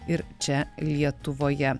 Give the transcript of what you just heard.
ir čia lietuvoje